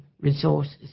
resources